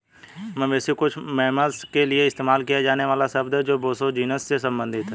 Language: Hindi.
मवेशी कुछ मैमल्स के लिए इस्तेमाल किया जाने वाला शब्द है जो बोसो जीनस से संबंधित हैं